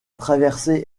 traversée